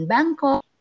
Bangkok